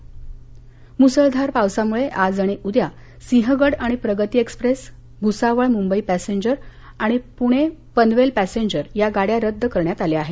railway रद्य म्रसळधार पावसामुळं आज आणि उद्या सिंहगड आणि प्रगती एक्सप्रेस भूसावळ मुंबई पॅसेंजर आणि पुणे पनवेल पॅसेंजर या गाड्या रद्य करण्यात आल्या आहेत